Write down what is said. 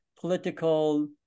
political